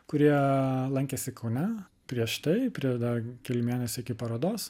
kurie lankėsi kaune prieš tai prieš dar keli mėnesiai iki parodos